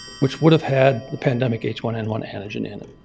which would have had the pandemic h one n one antigen in it.